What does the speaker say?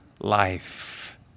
life